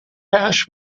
cash